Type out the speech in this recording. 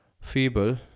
feeble